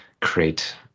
create